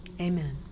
Amen